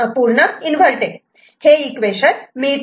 1C' हे equation मिळते